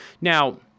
Now